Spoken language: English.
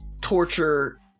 torture